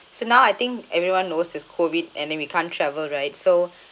so now I think everyone knows it's COVID and then we can't travel right so